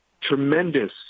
tremendous